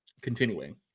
continuing